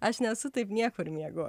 aš nesu taip niekur miego